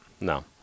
No